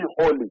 holy